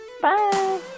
bye